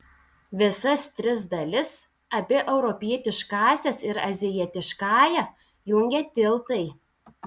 visas tris dalis abi europietiškąsias ir azijietiškąją jungia tiltai